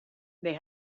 they